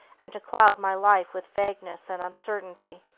and to cloud my life with vagueness and uncertainty.